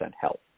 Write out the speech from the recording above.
health